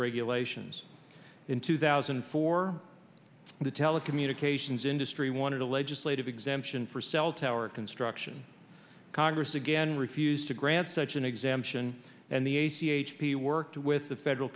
regulations in two thousand and four the telecommunications industry wanted a legislative exemption for cell tower construction congress again refused to grant such an exemption and the a c h p worked with the federal